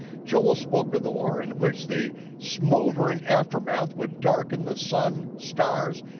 joel spoke of the war in which the smoldering aftermath would darken the sun, stars,